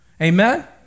Amen